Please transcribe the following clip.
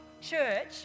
Church